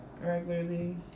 regularly